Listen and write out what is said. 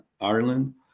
Ireland